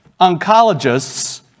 oncologists